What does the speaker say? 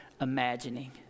imagining